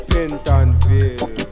Pentonville